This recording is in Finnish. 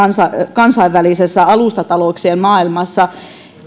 kansainvälisessä alustatalouksien maailmassa